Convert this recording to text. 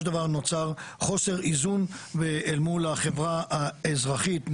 של דבר נוצר חוסר איזון אל מול החברה האזרחית,